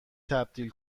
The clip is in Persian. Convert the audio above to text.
تبدیل